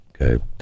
Okay